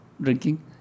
drinking